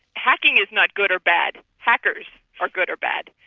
hacking is not good or bad. hackers are good or bad.